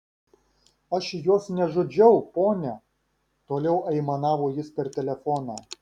aš jos nežudžiau ponia toliau aimanavo jis per telefoną